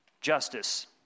justice